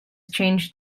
changed